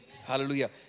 Hallelujah